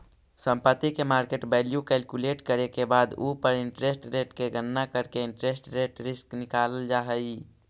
संपत्ति के market value calculate करे के बाद उ पर इंटरेस्ट रेट के गणना करके इंटरेस्ट रेट रिस्क निकालल जा हई